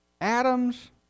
atoms